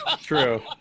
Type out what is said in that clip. True